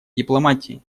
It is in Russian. дипломатии